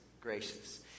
gracious